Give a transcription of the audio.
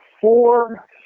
four